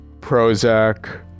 Prozac